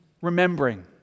remembering